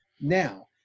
now